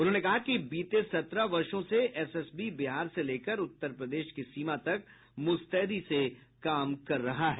उन्होंने कहा कि बीते सत्रह वर्षों से एसएसबी बिहार से लेकर उत्तर प्रदेश की सीमा तक मुस्तेदी से काम कर रहा है